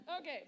Okay